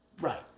Right